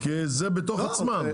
כי זה בתוך עצמם.